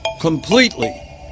completely